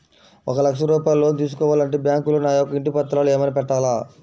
ఒక లక్ష రూపాయలు లోన్ తీసుకోవాలి అంటే బ్యాంకులో నా యొక్క ఇంటి పత్రాలు ఏమైనా పెట్టాలా?